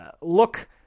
look